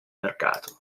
mercato